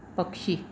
पक्षी